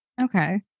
okay